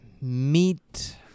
Meet